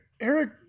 Eric